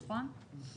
נכון?